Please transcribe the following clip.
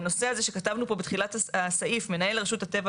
הנושא הזה שכתבנו פה בתחילת הסעיף "מנהל רשות הטבע